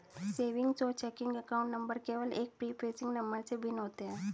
savings और checking account number केवल एक प्रीफेसिंग नंबर से भिन्न होते हैं